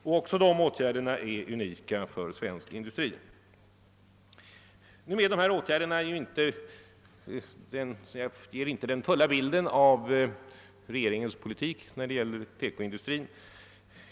Också de åtgärderna är unika för svensk industri. Dessa åtgärder ger dock inte hela bilden av regeringens politik när det gäller TEKO-industrin.